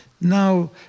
Now